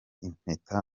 impeta